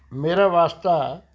ਮੇਰਾ ਵਾਸਤਾ